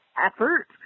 effort